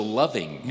loving